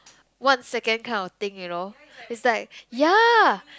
what second kind of thing you know is like ya